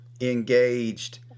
engaged